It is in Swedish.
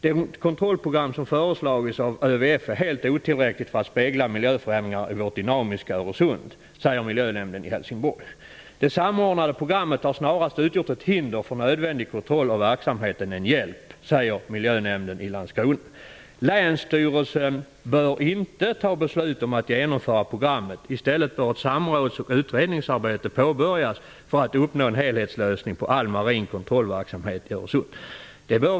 ''Det kontrollprogam som ÖVF föreslagit är helt otillräckligt för att spegla miljöförändringar i vårt dynamiska Öresund'', säger Miljönämnden i Helsingborg. ''Det samordnade programmet har snarast utgjort ett hinder för nödvändig kontroll av verksamheten än hjälp'', säger Miljönämnden i Landskrona. ''Länsstyrelsen bör inte fatta beslut om att genomföra programmet. I stället bör ett samråds och utredningsarbete påbörjas för att uppnå en helhetslösning på all marin kontrollverksamhet i Öresund'', säger man.